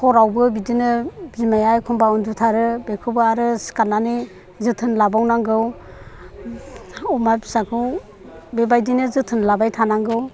हरावबो बिदिनो बिमाया एखनब्ला उन्दुथारो बेखौबो आरो सिखारनानै जोथोन लाबाव नांगौ अमा फिसाखौ बेबादिनो जोथोन लाबाय थानांगौ